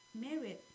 married